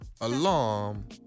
Alarm